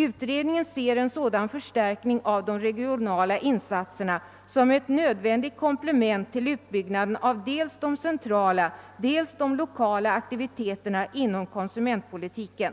Utredningen ser en sådan förstärkning av de regionala insatserna som ett nödvändigt komplement till utbyggnaden av dels de centrala, dels de lokala aktiviteterna inom konsumentpolitiken.» I